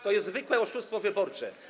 To jest zwykłe oszustwo wyborcze.